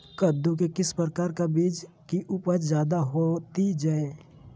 कददु के किस प्रकार का बीज की उपज जायदा होती जय?